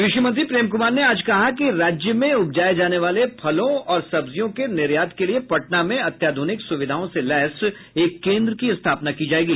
कृषि मंत्री प्रेम कुमार ने आज कहा कि राज्य में उपजाये जाने वाले फलों और सब्जियों के निर्यात के लिये पटना में अत्याधुनिक सुविधाओं से लैस एक केन्द्र की स्थापना की जायेगी